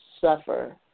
suffer